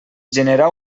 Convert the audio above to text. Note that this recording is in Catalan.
generar